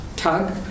Tug